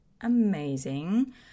amazing